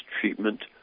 treatment